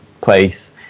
place